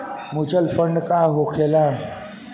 Mutual fund का होखेला?